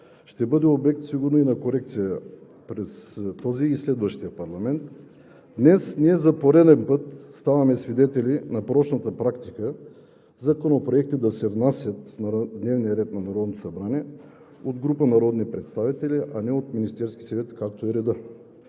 ще бъде обект на корекция през този и следващия парламент. Днес ние за пореден път ставаме свидетели на порочната практика – законопроекти да се внасят в дневния ред на Народното събрание от група народни представители, а не от Министерския съвет, както е редно.